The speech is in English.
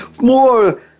more